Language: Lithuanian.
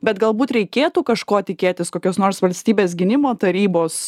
bet galbūt reikėtų kažko tikėtis kokios nors valstybės gynimo tarybos